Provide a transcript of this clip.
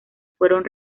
fueron